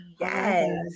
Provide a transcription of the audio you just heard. Yes